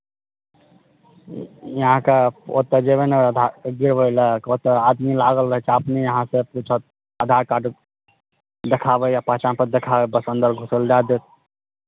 अहाँके ओतय जेबै ने आधा गिरबै लए ओतय आदमी लागल रहै छै अपने अहाँकेँ पूछत आधार कार्ड देखाबय पहचान पत्र देखाबय बस अन्दर घुसय लेल दऽ देत